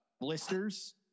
blisters